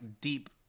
deep